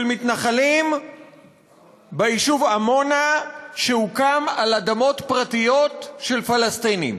מתנחלים ביישוב עמונה שהוקם על אדמות פרטיות של פלסטינים.